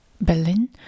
Berlin